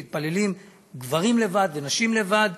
מתפללים גברים לבד ונשים לבד.